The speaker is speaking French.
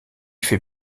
fait